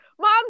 mom